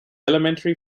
elementary